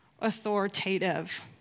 authoritative